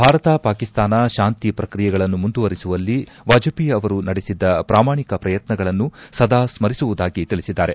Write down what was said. ಭಾರತ ಪಾಕಿಸ್ತಾನ ಶಾಂತಿ ಪ್ರಕ್ರಿಯೆಗಳನ್ನು ಮುಂದುವರೆಸುವಲ್ಲಿ ವಾಜಪೇಯಿ ಅವರು ನಡೆಸಿದ್ದ ಪ್ರಾಮಾಣಿಕ ಪ್ರಯತ್ನಗಳನ್ನು ಸದಾ ಸ್ವರಿಸುವುದಾಗಿ ತಿಳಿಸಿದ್ದಾರೆ